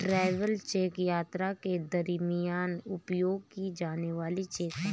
travel cheque यात्रा के दरमियान उपयोग की जाने वाली चेक है